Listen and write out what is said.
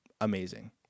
amazing